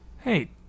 Hey